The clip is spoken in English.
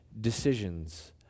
decisions